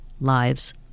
Lives